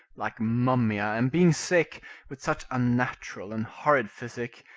like mummia, and being sick with such unnatural and horrid physic,